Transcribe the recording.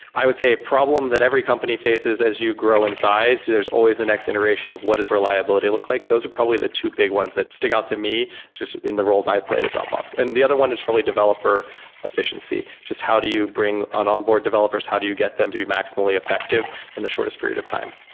i would say a problem that every company faces as you grow in size, there's always the next integration of what is reliability look like. those are probably the two big ones that stick out to me just in the roles i've played at dropbox. and the other one is probably developer efficiency. just how do you bring onboard developers? how do you get them to be maximally effective in the shortest period of time?